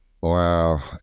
Wow